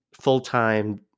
full-time